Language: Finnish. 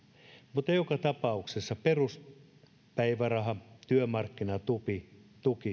mutta joka tapauksessa peruspäiväraha työmarkkinatuki